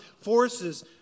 Forces